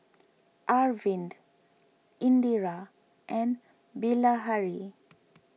Arvind Indira and Bilahari